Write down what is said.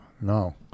No